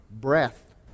breath